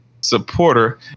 supporter